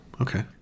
okay